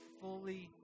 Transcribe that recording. fully